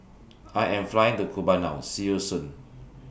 I Am Flying to Cuba now See YOU Soon